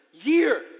year